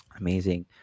Amazing